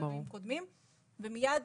אלה שתי